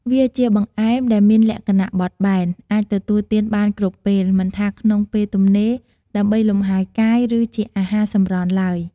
វាជាបង្អែមដែលមានលក្ខណៈបត់បែន អាចទទួលទានបានគ្រប់ពេល មិនថាក្នុង ពេលទំនេរដើម្បីលំហែកាយ ឬជាអាហារសម្រន់ទ្បើយ។